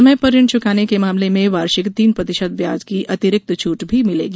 समय पर ऋण चुकाने के मामले में वार्षिक तीन प्रतिशत ब्याज की अतिरिक्त छूट भी मिलेगी